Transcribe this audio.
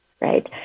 right